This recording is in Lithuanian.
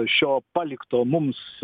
šio palikto mums